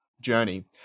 journey